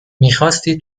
میخاستی